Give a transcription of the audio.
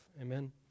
Amen